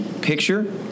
picture